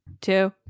two